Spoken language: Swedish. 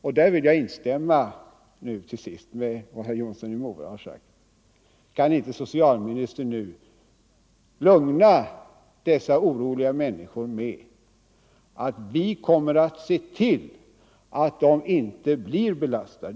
Jag vill därför till sist instämma i herr Jonssons i Mora vädjan: Kan inte socialministern lugna dessa oroliga människor med att vi kommer att se till att de inte blir för hårt belastade.